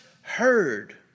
heard